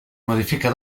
modifica